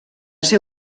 ser